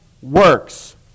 works